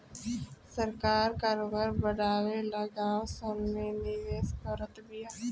सरकार करोबार बड़ावे ला गाँव सन मे निवेश करत बिया